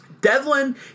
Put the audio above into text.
Devlin